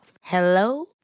Hello